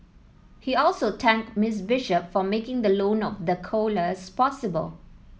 he also thanked Miss Bishop for making the loan of the koalas possible